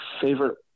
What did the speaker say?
favorite